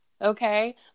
Okay